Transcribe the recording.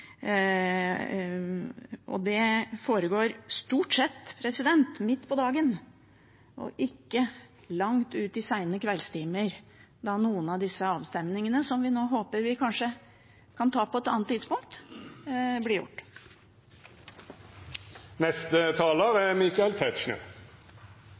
Disse møtene foregår stort sett midt på dagen – ikke langt ut i sene kveldstimer, når noen av disse avstemningene, som vi nå håper vi kan ta på et annet tidspunkt, blir gjort.